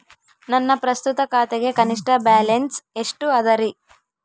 ನನ್ನ ಪ್ರಸ್ತುತ ಖಾತೆಗೆ ಕನಿಷ್ಠ ಬ್ಯಾಲೆನ್ಸ್ ಎಷ್ಟು ಅದರಿ?